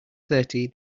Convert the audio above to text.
thirty